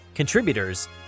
contributors